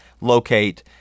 locate